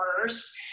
First